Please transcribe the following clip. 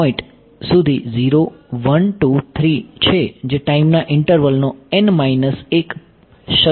તેથી આ પોઈન્ટ સુધી 0 1 2 3 છે જે ટાઈમના ઈન્ટરવલનો n માઈનસ 1 પ્રારંભિક પોઈન્ટ છે